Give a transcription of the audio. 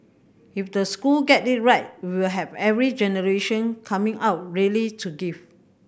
if the school get it right we will have every generation coming out ready to give